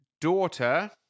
daughter